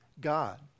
God